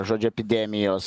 žodžiu epidemijos